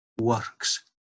works